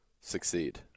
succeed